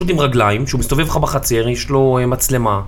פשוט עם רגליים, שהוא מסתובב לך בחצר, הרי יש לו מצלמה...